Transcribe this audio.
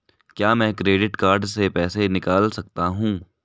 क्या मैं credit card से पैसे निकाल सकता हूँ?